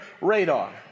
radar